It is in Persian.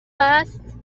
است